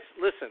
listen